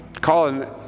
Colin